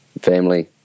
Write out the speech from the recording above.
family